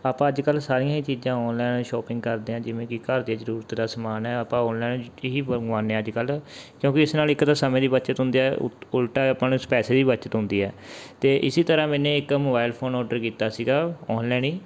ਆਪਾਂ ਅੱਜ ਕੱਲ੍ਹ ਸਾਰੀਆਂ ਹੀ ਚੀਜ਼ਾਂ ਔਨਲਾਈਨ ਸ਼ੋਪਿੰਗ ਕਰਦੇ ਹਾਂ ਜਿਵੇਂ ਕਿ ਘਰ ਦੀਆਂ ਜ਼ਰੂਰਤ ਦਾ ਸਮਾਨ ਹੈ ਆਪਾਂ ਔਨਲਾਈਨ ਇਹੀ ਮੰਗਵਾਉਂਦੇ ਹਾਂ ਅੱਜ ਕੱਲ੍ਹ ਕਿਉਂਕਿ ਇਸ ਨਾਲ ਇੱਕ ਤਾਂ ਸਮੇਂ ਦੀ ਬੱਚਤ ਹੁੰਦੀ ਆ ਉਤ ਉਲਟਾ ਆਪਾਂ ਨੂੰ ਪੈਸੇ ਵੀ ਬੱਚਤ ਹੁੰਦੀ ਹੈ ਅਤੇ ਇਸ ਤਰ੍ਹਾਂ ਮੈਨੇ ਇੱਕ ਮੋਬਾਇਲ ਫੋਨ ਓਰਡਰ ਕੀਤਾ ਸੀਗਾ ਔਨਲਾਈਨ ਹੀ